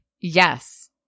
Yes